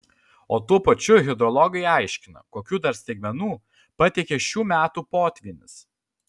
o tuo pačiu hidrologai aiškina kokių dar staigmenų pateikė šių metų potvynis